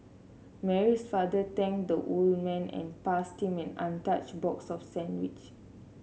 Mary's father thanked the old man and passed him an untouched box of sandwiches